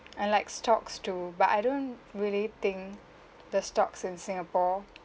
and like stocks too but I don't really think the stocks in singapore